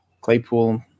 Claypool